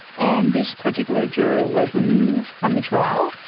and this particular juror was removed from the trial.